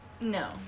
No